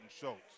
Schultz